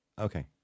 Okay